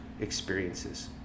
experiences